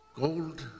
gold